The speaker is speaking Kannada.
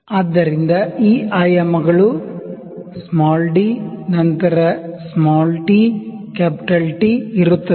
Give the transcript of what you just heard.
ಆದ್ದರಿಂದ ಈ ಡೈಮೆನ್ಶನ್ d ನಂತರ ಈ t T ಇರುತ್ತದೆ